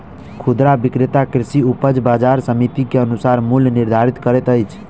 खुदरा विक्रेता कृषि उपज बजार समिति के अनुसार मूल्य निर्धारित करैत अछि